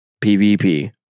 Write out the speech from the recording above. PvP